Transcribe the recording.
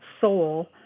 soul